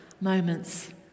moments